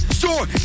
short